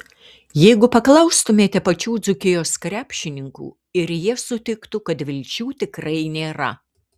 jeigu paklaustumėte pačių dzūkijos krepšininkų ir jie sutiktų kad vilčių tikrai nėra